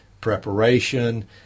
preparation